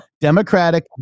Democratic